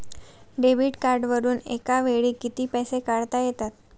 Debit कार्डवरुन एका वेळी किती पैसे काढता येतात?